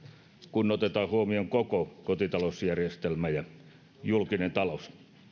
kun otetaan huomioon koko kotitalousjärjestelmä ja julkinen talous